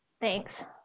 Thanks